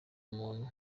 umuntu